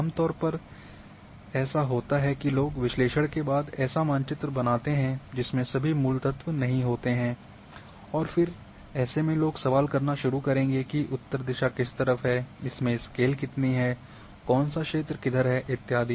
आम तौर पर ऐसा होता है कि लोग विश्लेषण के बाद ऐसा मानचित्र बनाते हैं जिसमें सभी मूल तत्व नहीं होते हैं और फिर ऐसे में लोग सवाल करना शुरू करेंगे कि उत्तर दिशा किस तरफ़ है इसमें स्केल कितनी है कौन सा क्षेत्र किधर है इत्यादि